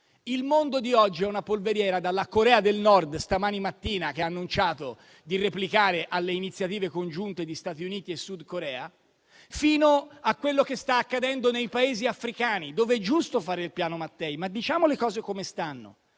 Il mondo di oggi è una polveriera, a partire dalla Corea del Nord, che questa mattina ha annunciato di replicare alle iniziative congiunte di Stati Uniti e Corea del Sud, fino a quello che sta accadendo nei Paesi africani, dove è giusto fare il Piano Mattei, ma diciamo anche le cose come stanno: